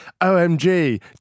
OMG